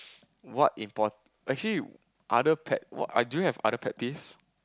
what import actually other pet what do you have other peeves